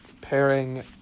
pairing